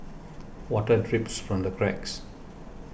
water drips from the cracks